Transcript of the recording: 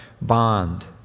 bond